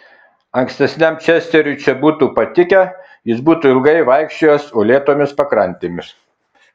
ankstesniam česteriui čia būtų patikę jis būtų ilgai vaikščiojęs uolėtomis pakrantėmis